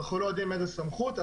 איננו יודעים באיזו סמכות,